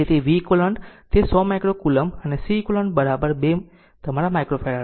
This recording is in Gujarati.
તેથી v eq અને તે 100 માઇક્રો કલોમ્બ અને Ceq 2 તમારા માઈક્રોફેરાડે છે